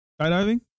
Skydiving